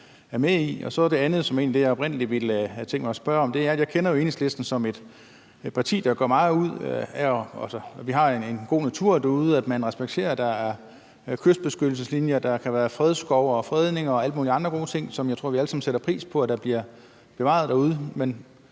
er det, jeg oprindelig havde tænkt mig at spørge om. Det er, at jeg jo kender Enhedslisten som et parti, der gør meget ud af, at vi har en god natur derude, og at man respekterer, at der er kystbeskyttelseslinjer, at der kan være fredskov og fredninger og alle mulige andre gode ting, som jeg tror vi alle sammen sætter pris på bliver bevaret derude,